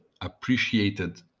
appreciated